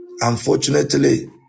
Unfortunately